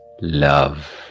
Love